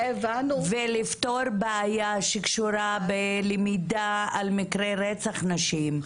ולפתור בעיה שקשורה בלמידה על מקרה רצח נשים,